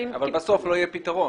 אבל בסוף לא יהיה פתרון.